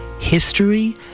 history